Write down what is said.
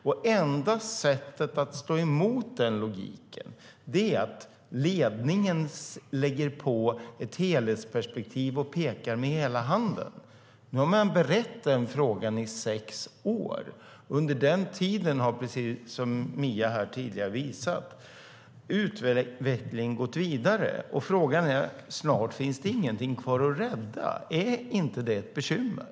Det enda sättet att stå emot den logiken är att ledningen lägger på ett helhetsperspektiv och pekar med hela handen. Nu har man berett frågan i sex år. Under den tiden har utvecklingen gått vidare, precis som Mia tidigare visat. Frågan är: Snart finns det ingenting kvar att rädda - är inte det ett bekymmer?